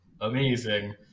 amazing